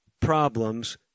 problems